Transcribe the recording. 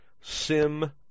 Sim